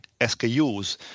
SKUs